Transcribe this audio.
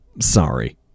sorry